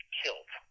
killed